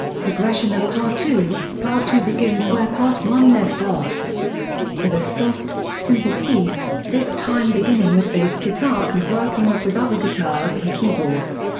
progression of part two part two begins where part one left off with a soft, simple piece, this time beginning with bass guitar and working up with other guitars and keyboards.